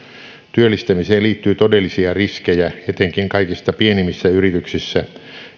työllistämiseen liittyy todellisia riskejä etenkin kaikista pienimmissä yrityksissä